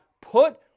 put